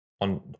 on